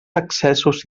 accessos